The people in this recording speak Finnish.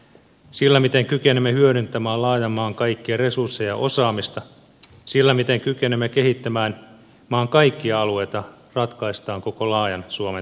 sillä miten kykenemme hyödyntämään laajan maan kaikkia resursseja ja osaamista sillä miten kykenemme kehittämään maan kaikkia alueita ratkaistaan koko laajan suomen tulevaisuus